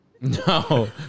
No